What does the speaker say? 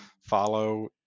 follow